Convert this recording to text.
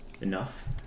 enough